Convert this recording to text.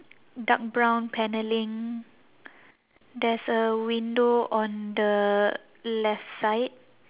dark brown paneling there's a window on the left side